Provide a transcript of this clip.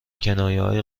کنایههای